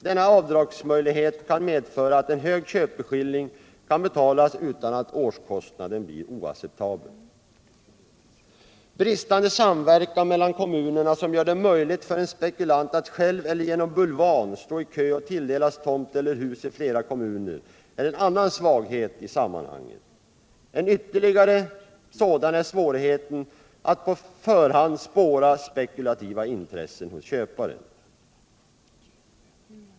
Denna avdragsmöjlighet kan medföra att en hög köpeskilling kan betalas utan att årskostnaden blir oacceptabel. Bristande samverkan mellan kommunerna, som gör det möjligt för en spekulant att själv eller genom en bulvan stå i kö och tilldelas tomt eller hus i flera kommuner, är en annan svaghet i sammanhanget. En ytterligare sådan är svårigheten att på förhand spåra spekulativa intressen hos köparen.